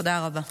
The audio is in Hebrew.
תודה רבה.